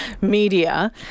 media